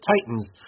Titans